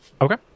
Okay